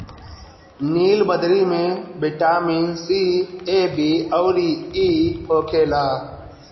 नीलबदरी में vitamin C, A, B अउरी इ होखेला